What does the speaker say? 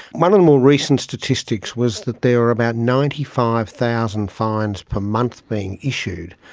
one of the more recent statistics was that there are about ninety five thousand fines per month being issued.